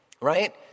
Right